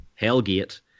Hellgate